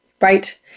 Right